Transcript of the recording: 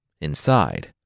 Inside